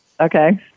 Okay